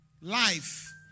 life